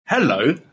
Hello